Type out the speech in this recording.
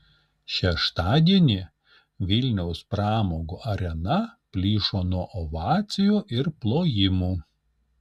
šeštadienį vilniaus pramogų arena plyšo nuo ovacijų ir plojimų